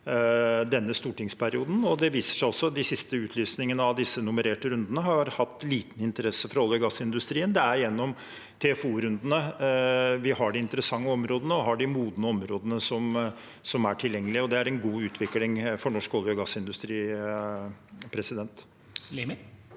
denne stortingsperioden. Det har også vist seg at de siste utlysningene av de nummererte konsesjonsrundene har møtt liten interesse fra olje- og gassindustrien. Det er gjennom TFO-rundene vi har de interessante og modne områdene som er tilgjengelig. Det er en god utvikling for norsk olje- og gassindustri. Hans